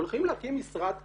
הולכים להקים משרד כזה,